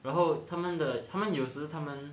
然后他们的他们有时他们